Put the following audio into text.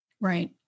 Right